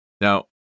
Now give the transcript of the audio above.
now